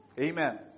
Amen